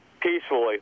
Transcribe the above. peacefully